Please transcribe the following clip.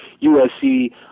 USC